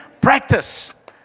practice